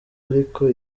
ariko